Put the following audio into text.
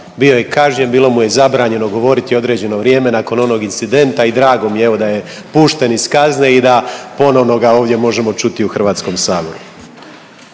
Bio je kažnjen bilo mu je zabranjeno govoriti određeno vrijeme nakon onog incidenta i drago mi je evo da je pušten iz kazne i da ponovno ga ovdje možemo čuti u Hrvatskom saboru.